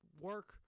work